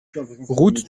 route